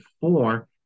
four